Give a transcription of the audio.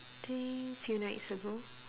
think few nights ago